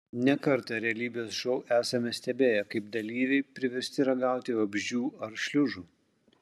ne kartą realybės šou esame stebėję kaip dalyviai priversti ragauti vabzdžių ar šliužų